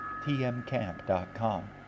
tmcamp.com